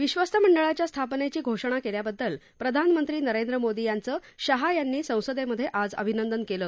विश्वस्त मंडळाच्या स्थापनेची घोषणा केल्याबद्दल प्रधानमंत्री नरेंद्र मोदी यांचं शहा यांनी संसदेमधे आज अभिनंदन केलं